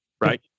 right